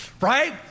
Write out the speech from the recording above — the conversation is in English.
right